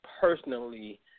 personally